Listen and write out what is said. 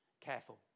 careful